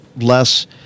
less